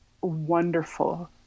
wonderful